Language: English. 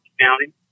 County